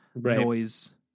noise